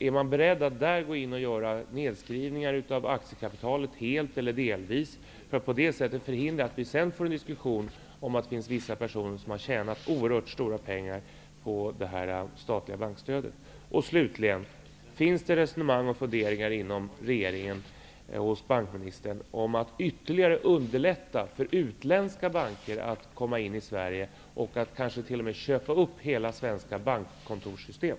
Är man beredd att gå och in göra nedskrivningar av aktiekapitalet helt eller delvis för att på det sättet förhindra att vi sedan får en diskussion om att vissa personer har tjänat oerhört stora pengar på det statliga bankstödet? Förekommer det resonemang och funderingar inom regeringen om att ytterligare underlätta för utländska banker att komma in i Sverige och kanske t.o.m. köpa upp hela svenska bankkontorssystem?